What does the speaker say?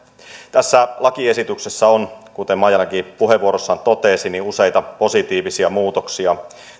tässä lakiesityksessä on kuten maijalakin puheenvuorossaan totesi useita positiivisia muutoksia